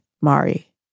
mari